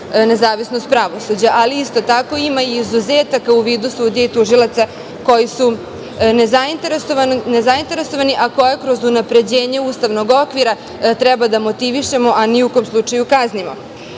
nezavisnost pravosuđa, ali isto tako ima izuzetaka u vidu sudija i tužilaca koji su nezainteresovani, a koje kroz unapređenje ustavnog okvira treba da motivišemo, a ni u kom slučaju kaznimo.No,